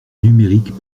numérique